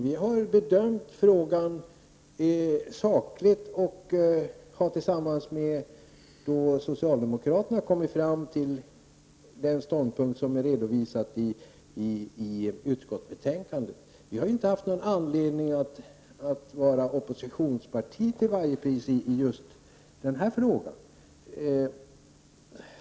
Vi har bedömt frågan sakligt och har tillsammans med socialdemokraterna kommit fram till den ståndpunkt som är redovisad i utskottsbetänkandet. Vi har inte haft någon anledning att till varje pris vara ett oppositionsparti i just denna fråga.